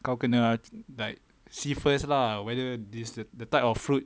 kau kena like see first lah whether this the the type of fruit